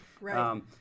right